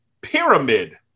pyramid